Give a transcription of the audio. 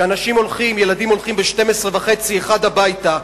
שילדים הולכים ב-12:30 13:00 הביתה,